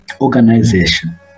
organization